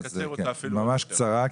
ממש קצרה.